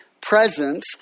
presence